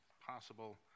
possible